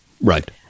Right